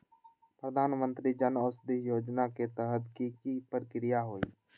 प्रधानमंत्री जन औषधि योजना के तहत की की प्रक्रिया होई?